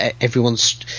everyone's